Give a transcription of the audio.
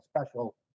special